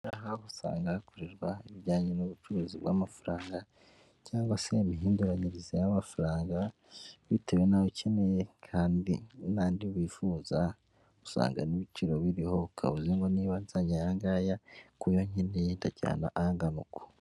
Aha ngaha usanga hakorerwa ibijyanye n'ubucuruzi bw'amafaranga cyangwa se imihinduranyirize y'amafaranga bitewe n'aho ukeneye kandi n'andi wifuza, usanga n'ibiciro biriho, ukaba uzi ngo niba nzannye aya ngaya ku yo nkeneye, ndajyana angana uku.